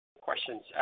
questions